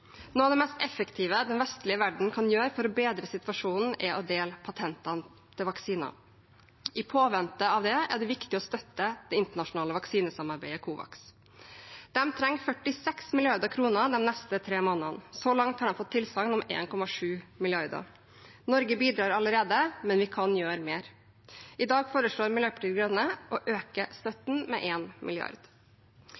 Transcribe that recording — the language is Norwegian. Noe av det mest effektive den vestlige verden kan gjøre for å bedre situasjonen, er å dele patentene til vaksiner. I påvente av det er det viktig å støtte det internasjonale vaksinesamarbeidet COVAX. De trenger 46 mrd. kr de neste tre månedene. Så langt har de fått tilsagn om 1,7 mrd. kr. Norge bidrar allerede, men vi kan gjøre mer. I dag foreslår Miljøpartiet De Grønne å øke